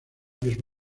cambios